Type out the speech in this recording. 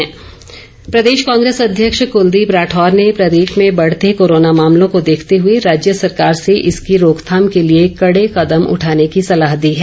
कुलदीप राठौर प्रदेश कांग्रेस अध्यक्ष कुलदीप राठौर ने प्रदेश में बढ़ते कोरोना मामलों को देखते हुए राज्य सरकार से इसकी रोकथाम के लिए कड़े कदम उठाने की सलाह दी है